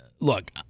look